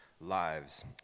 lives